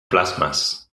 plasmas